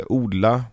odla